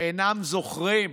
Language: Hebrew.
אינם זוכרים,